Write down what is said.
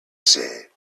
said